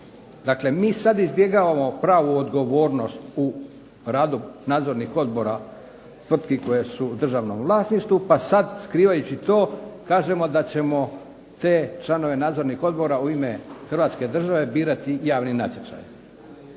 Dakle, mi sad izbjegavamo pravu odgovornost u radu nadzornih odbora tvrtki koje su u državnom vlasništvu pa sad skrivajući to kažemo da ćemo te članove nadzornih odbora u ime Hrvatske države birati javnim natječajem.